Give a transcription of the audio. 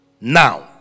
Now